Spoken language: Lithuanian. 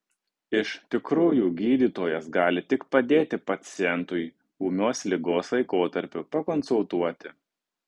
iš tikrųjų gydytojas gali tik padėti pacientui ūmios ligos laikotarpiu pakonsultuoti